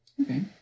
Okay